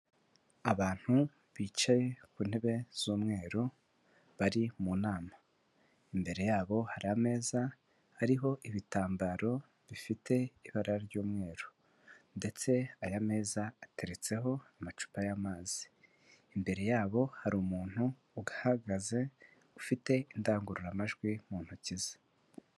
Abantu bicaye ku ntebe z'umweru, bari mu nama imbere yabo hari ameza, hariho ibitambaro bifite ibara ry'umweru ndetse aya meza ateretseho amacupa y'amazi, imbere yabo hari umuntu uhagaze ufite indangururamajwi mu ntoki ze.